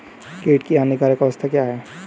कीट की हानिकारक अवस्था क्या है?